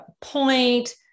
point